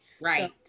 Right